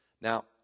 Now